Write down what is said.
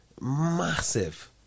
massive